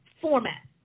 format